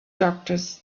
doctors